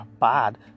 bad